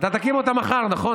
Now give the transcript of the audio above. אתה תקים אותה מחר, נכון?